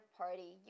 party